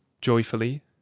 joyfully